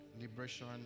liberation